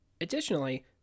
Additionally